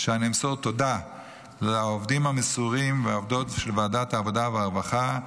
שאני אמסור תודה לעובדים המסורים ולעובדות של ועדת העבודה והרווחה,